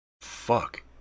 Fuck